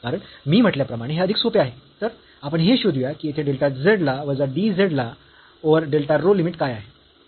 कारण मी म्हटल्याप्रमाणे हे अधिक सोपे आहे तर आपण हे शोधूया की येथे डेल्टा z ला वजा dz ला ओव्हर डेल्टा रो लिमिट काय आहे